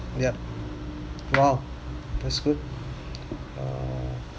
yup !wow! that's good !wow!